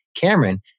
Cameron